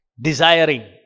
Desiring